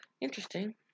Interesting